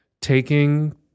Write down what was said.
taking